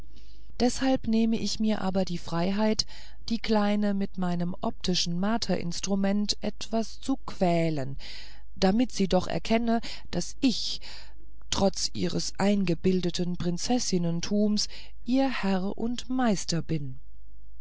deshalb nehme ich mir aber die freiheit die kleine mit meinem optischen marter instrument etwas zu quälen damit sie doch erkenne daß ich trotz ihres eingebildeten prinzessintums ihr herr und meister bin